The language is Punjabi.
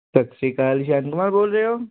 ਸਤਿ ਸ਼੍ਰੀ ਅਕਾਲ ਬੋਲ ਰਹੇ ਹੋ